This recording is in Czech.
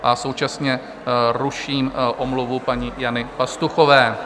A současně ruším omluvu paní Jany Pastuchové.